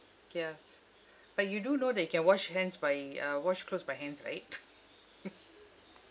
ya but you do know that you can wash hands by uh wash clothes by hands right